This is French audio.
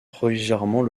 provisoirement